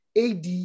AD